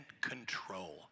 control